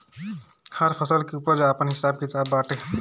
हर फसल के उपज के आपन हिसाब किताब बाटे